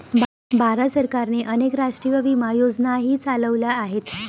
भारत सरकारने अनेक राष्ट्रीय विमा योजनाही चालवल्या आहेत